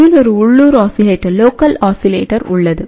இதில் ஒரு உள்ளூர் ஆஸிலேட்டர் உள்ளது